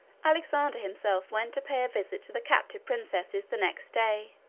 alexander himself went to pay a visit to the captive princesses the next day.